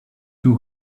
two